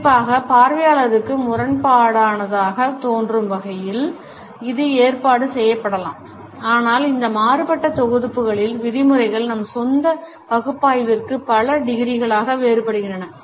குறிப்பாக பார்வையாளருக்கு முரண்பாடானதக தோன்றும் வகையில் இது ஏற்பாடு செய்யப்படலாம் ஆனால் இந்த மாறுபட்ட தொகுப்புகளின் விதிமுறைகள் நம் சொந்த பகுப்பாய்விற்காக பல டிகிரிகளாக வேறுபடுகின்றன